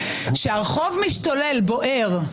כשהרחוב משתולל ובוער,